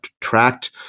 tracked